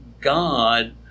God